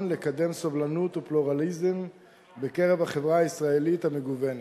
לקדם סובלנות ופלורליזם בקרב החברה הישראלית המגוונת.